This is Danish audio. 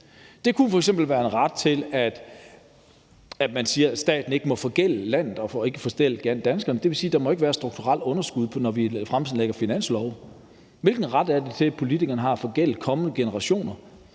Det kunne f.eks. være en bestemmelse om, at staten ikke må forgælde landet og ikke må forgælde danskerne. Det vil sige, at der ikke må være strukturelt underskud, når vi fremsætter finanslovsforslag. Hvilken ret er det, politikerne har til at forgælde kommende generationer?